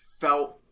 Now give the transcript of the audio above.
felt